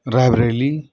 Rae Bareli